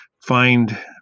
find